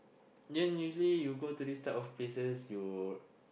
then usually you go to this type of places you